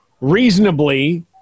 reasonably